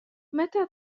متى